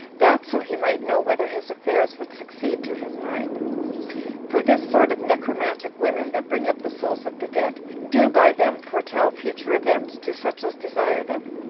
that so he might know whether his affairs would succeed to his mind for this sort of necromantic women that bring up the souls of the dead, do by them foretell future events to such as desire them.